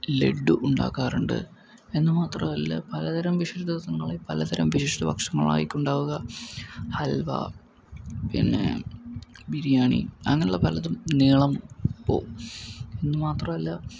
ലഡ്ഡു ഉണ്ടാക്കാറുണ്ട് എന്നുമാത്രമല്ല പലതരം വിശേഷ ദിവസങ്ങളിൽ പലതരം വിശേഷ ഭക്ഷണങ്ങളായിരിക്കും ഉണ്ടാവുക ഹൽവ പിന്നെ ബിരിയാണി അങ്ങനെയുള്ള പലതും നീളം പോകും എന്നു മാത്രമല്ല